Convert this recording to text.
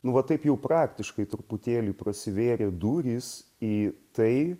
nu va taip jau praktiškai truputėlį prasivėrė durys į tai